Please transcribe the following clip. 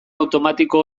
automatiko